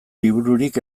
libururik